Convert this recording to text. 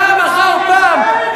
פעם אחר פעם.